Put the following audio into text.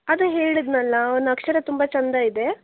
ಅದೇ ಹೇಳಿದೆನಲ್ಲ ಅವನ ಅಕ್ಷರ ತುಂಬ ಚೆಂದ ಇದೆ